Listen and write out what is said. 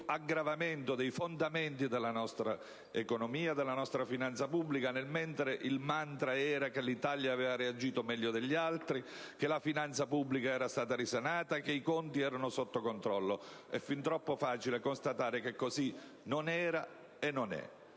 aggravamento dei fondamenti della nostra economia e della finanza pubblica, mentre il *mantra* era che l'Italia aveva reagito meglio degli altri, che la finanza pubblica era stata risanata, che i conti erano sotto controllo e così via. È fin troppo facile constatare che così non era e non è.